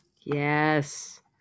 Yes